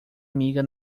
amiga